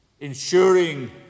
ensuring